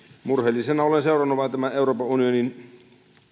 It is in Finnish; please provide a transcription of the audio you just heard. murheellisena olen seurannut vain tämän euroopan unionin